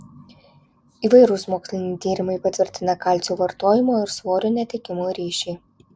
įvairūs moksliniai tyrimai patvirtina kalcio vartojimo ir svorio netekimo ryšį